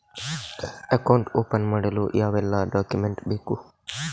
Account open ಮಾಡಲು ಯಾವೆಲ್ಲ document ಬೇಕು?